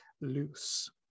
loose